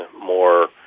more